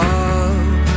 up